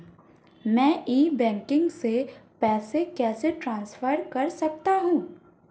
मैं e banking से पैसे कैसे ट्रांसफर कर सकता हूं?